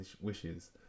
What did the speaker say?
wishes